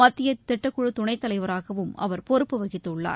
மத்திய திட்டக்குழு துணைத்தலைவராகவும் அவர் பொறுப்பு வகித்துள்ளார்